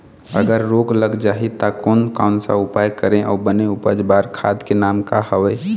अगर रोग लग जाही ता कोन कौन सा उपाय करें अउ बने उपज बार खाद के नाम का हवे?